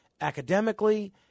academically